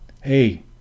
hey